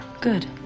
Good